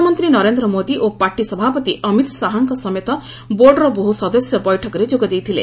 ପ୍ରଧାନମନ୍ତ୍ରୀ ନରେନ୍ଦ୍ର ମୋଦି ଓ ପାର୍ଟି ସଭାପତି ଅମିତ୍ ଶାହାଙ୍କ ସମେତ ବୋର୍ଡ଼ର ବହୁ ସଦସ୍ୟ ବୈଠକରେ ଯୋଗ ଦେଇଥିଲେ